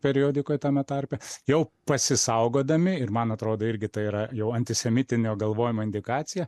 periodikoj tame tarpe jau pasisaugodami ir man atrodo irgi tai yra jau antisemitinio galvojimo indikacija